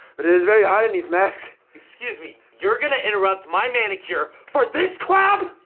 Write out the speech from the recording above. but it is very hot in these masks. excuse me. you're gonna interrupt my manicure for this crap!